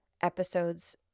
episodes